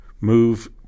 move